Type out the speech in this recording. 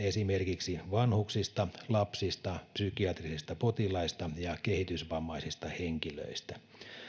esimerkiksi vanhuksista lapsista psykiatrisista potilaista ja kehitysvammaisista henkilöistä